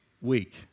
week